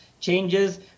changes